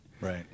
Right